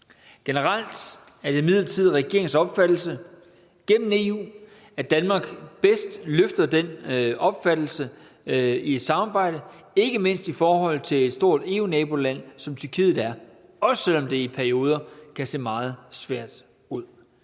Generelt er det imidlertid regeringens opfattelse gennem EU, at Danmark bedst løfter den opfattelse i et samarbejde, ikke mindst i forhold til et stort EU-naboland, som Tyrkiet er, også selv om det i perioder kan se meget svært ud.